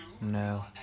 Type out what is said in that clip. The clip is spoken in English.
No